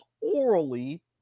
orally